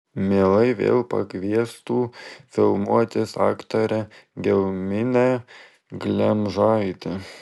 mielai vėl pakviestų filmuotis aktorę gelminę glemžaitę